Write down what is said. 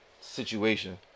situation